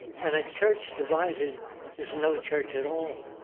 and a church divided is no church at all.